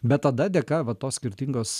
bet tada dėka va tos skirtingos